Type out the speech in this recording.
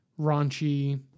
raunchy